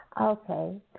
Okay